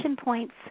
points